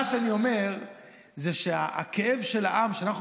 מה שאני אומר זה שהכאב של העם שאנחנו